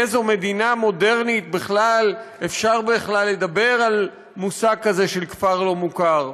באיזו מדינה מודרנית אפשר בכלל לדבר על מושג כזה של כפר לא מוכר?